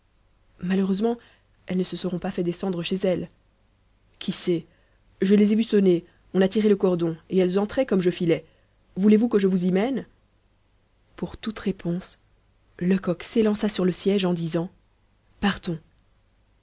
malheureusement elles ne se seront pas fait descendre chez elles qui sait je les ai vues sonner on a tiré le cordon et elles entraient comme je filais voulez-vous que je vous y mène pour toute réponse lecoq s'élança sur le siège en disant partons